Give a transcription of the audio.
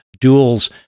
duels